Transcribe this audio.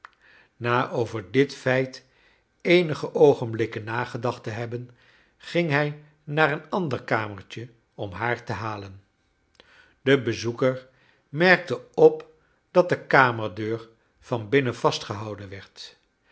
na over dit feit eenige oogenblikken nagedacht te hebben ging hij naar een ander kamertje om haar te halen de bezoeker merkte op dat de kamerdeur van binnen vastgehouden werd